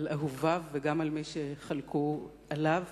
לאהוביו וגם למי שחלקו עליו.